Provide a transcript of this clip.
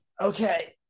Okay